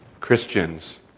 Christians